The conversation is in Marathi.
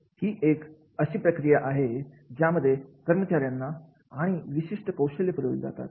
ही एक अशी प्रक्रिया आहे ज्यामध्ये कर्मचाऱ्यांना आणि विशिष्ट कौशल्य पुरवली जातात